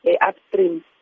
upstream